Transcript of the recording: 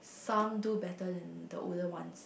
some do better than the older ones